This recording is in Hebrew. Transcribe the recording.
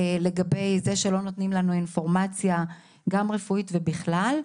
לגבי זה שלא נותנים לנו אינפורמציה גם רפואית ובכלל.